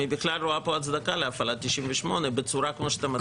אם היא בכלל רואה פה הצדקה להפעלת 98 בצורה כמו שאתה מציע.